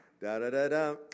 Da-da-da-da